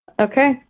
Okay